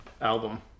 album